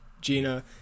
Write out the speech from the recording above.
Gina